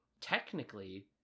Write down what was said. Technically